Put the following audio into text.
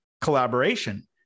collaboration